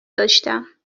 داشتم